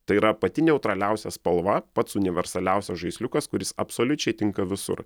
tai yra pati neutraliausia spalva pats universaliausias žaisliukas kuris absoliučiai tinka visur